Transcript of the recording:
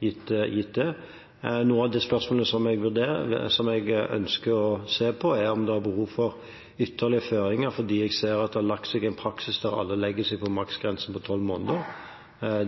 gitt det. Noen av de spørsmålene som jeg ønsker å se på, er om det er behov for ytterligere føringer, for jeg ser at det har dannet seg en praksis der alle legger seg på maksgrensen på 12 måneder.